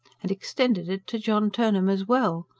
and extended it to john turnham as well.